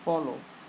follow